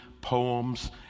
poems